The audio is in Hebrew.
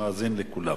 שמאזין לכולם.